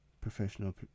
professional